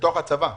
לתוך הצבא?